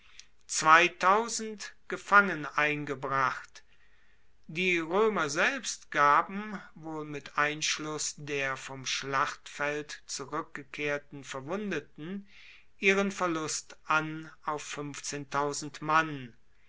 gefangen eingebracht die roemer selbst gaben wohl mit einschluss der vom schlachtfeld zurueckgebrachten verwundeten ihren verlust an auf mann